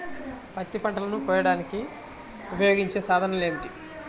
పత్తి పంటలను కోయడానికి ఉపయోగించే సాధనాలు ఏమిటీ?